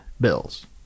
bills